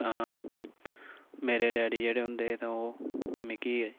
तां मेरे डैडी जेह्ड़े होंदे हे तां ओह् मिगी